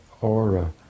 aura